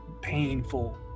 painful